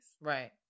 right